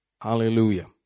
Hallelujah